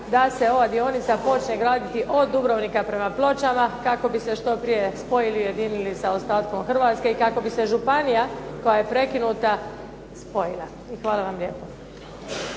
da se ova dionica počne graditi od Dubrovnika prema Pločama kako bi se što prije spojili i ujedinili sa ostatkom Hrvatske i kako bi se županija koja je prekinuta spojila. I hvala vam lijepo.